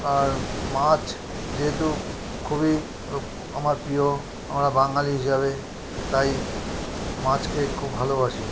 আর মাছ যেহেতু খুবই আমার প্রিয় আমরা বাঙালি হিসাবে তাই মাছকে খুব ভালোবাসি